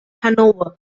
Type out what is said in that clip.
hannover